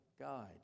guide